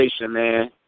man